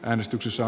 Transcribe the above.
äänestyksessä